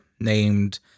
named